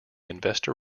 investor